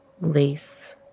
lace